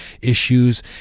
issues